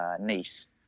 niece